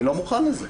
אני לא מוכן לזה.